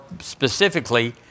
specifically